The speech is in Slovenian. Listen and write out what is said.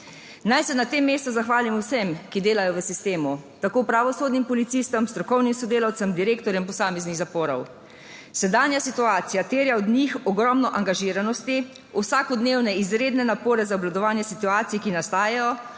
Naj se na tem mestu zahvalim vsem, ki delajo v sistemu, tako pravosodnim policistom, strokovnim sodelavcem, direktorjem posameznih zaporov. Sedanja situacija terja od njih ogromno angažiranosti, vsakodnevne izredne napore za obvladovanje situacije, ki nastajajo